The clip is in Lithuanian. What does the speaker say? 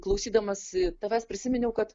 klausydamasi tavęs prisiminiau kad